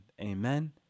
Amen